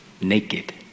naked